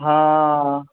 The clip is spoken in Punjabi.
ਹਾਂ